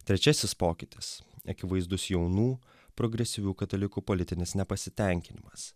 trečiasis pokytis akivaizdus jaunų progresyvių katalikų politinis nepasitenkinimas